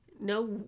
no